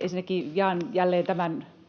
Ensinnäkin jaan jälleen tämän